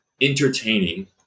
entertaining